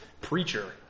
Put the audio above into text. Preacher